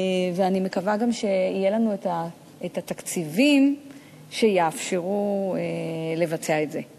ואני מקווה גם שיהיו לנו התקציבים שיאפשרו לבצע את זה,